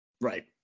Right